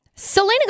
Selena